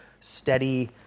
steady